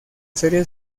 serie